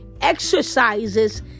exercises